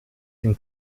den